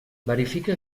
verifica